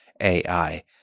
AI